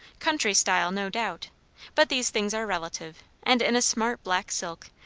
country style, no doubt but these things are relative and in a smart black silk,